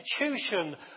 institution